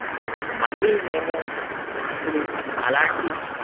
మళ్ళీ మేము ఇప్పుడు అలాంటి